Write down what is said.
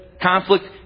conflict